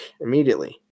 immediately